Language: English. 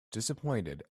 disappointed